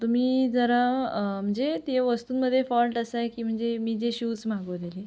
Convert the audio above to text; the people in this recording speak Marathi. तुम्ही जरा म्हणजे ते वस्तूंमध्ये फॉल्ट असा आहे की म्हणजे मी जे शूज मागवलेले